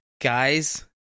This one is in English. guys